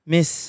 Miss